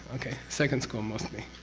okay? second school mostly.